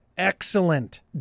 Excellent